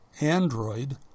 Android